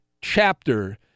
chapter